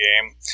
game